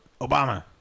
Obama